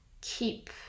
keep